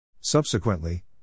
Subsequently